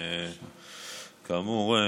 כאמור,